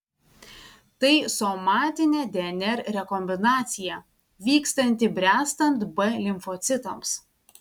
tai somatinė dnr rekombinacija vykstanti bręstant b limfocitams